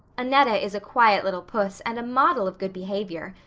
annetta is a quiet little puss and a model of good behavior,